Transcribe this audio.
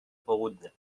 południe